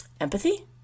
empathy